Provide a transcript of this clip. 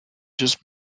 just